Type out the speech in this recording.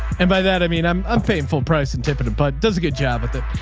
and by that, i mean i'm, i'm painful price and tipping. the bud does a good job with it.